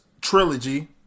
trilogy